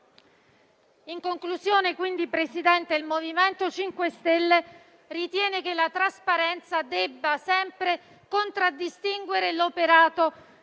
beni comuni. Signor Presidente, il MoVimento 5 Stelle ritiene che la trasparenza debba sempre contraddistinguere l'operato